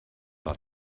war